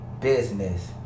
business